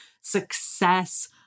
success